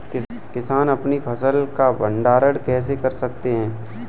किसान अपनी फसल का भंडारण कैसे कर सकते हैं?